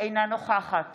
אינה נוכחת